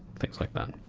things like that.